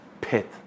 pit